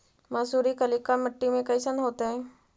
मसुरी कलिका मट्टी में कईसन होतै?